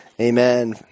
amen